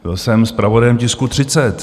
Byl jsem zpravodajem tisku 30.